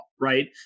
right